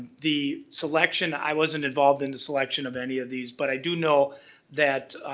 the selection, i wasn't involved in the selection of any of these, but i do know that